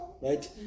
Right